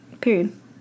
Period